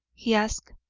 he asked.